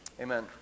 Amen